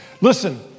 Listen